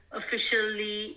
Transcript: officially